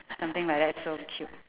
something like that so cute